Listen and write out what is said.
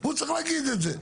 הוא צריך להגיד את זה.